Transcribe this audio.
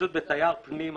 שב"תייר פנים"